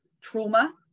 trauma